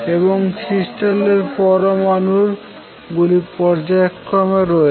এবং ক্রিস্টাল এর মধ্যে পরমানু গুলি পর্যায়ক্রমে রয়েছে